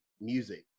music